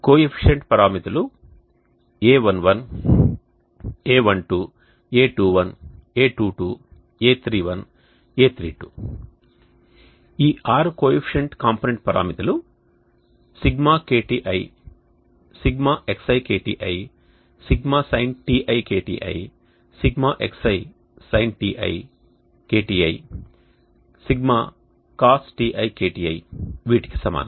coefficient పరామితులు a11a12a21a22a31a32 ఈ 6 coefficient component పారామితులు ΣKTi ΣxiKti ΣsinτiKTi Σxisinτi KTi Σcosτi KTi వీటికి సమానం